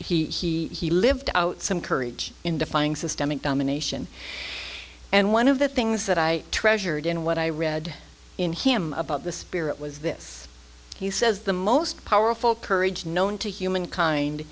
he lived out some courage in defying systemic domination and one of the things that i treasured in what i read in him about the spirit was this he says the most powerful courage known to humankind